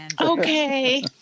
Okay